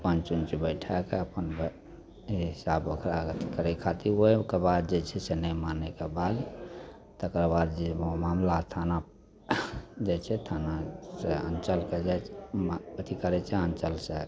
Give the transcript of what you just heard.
पञ्च उञ्च बैठेके अपन जे हिस्सा बखरा अलग करै खातिर ओहिके बाद जे छै से नहि मानैके बाद तकरबाद जे ओ मामिला थाना जाइ छै थानासे अञ्चलके जाइ छै हुआँ अथी करै छै अञ्चलसे